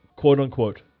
quote-unquote